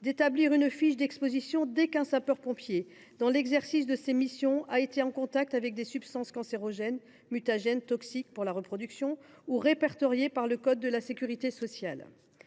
d’établir une fiche d’exposition dès qu’un sapeur pompier a été en contact, dans l’exercice de ses missions, avec des substances cancérogènes, mutagènes ou toxiques pour la reproduction, ou répertoriées par le code de la sécurité sociale.